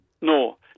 No